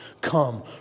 come